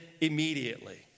immediately